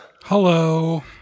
Hello